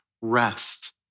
rest